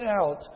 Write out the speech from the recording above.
out